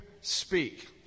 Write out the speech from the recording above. speak